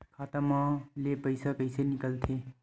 खाता मा ले पईसा कइसे निकल थे?